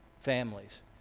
families